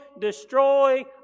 destroy